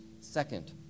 second